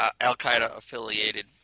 al-Qaeda-affiliated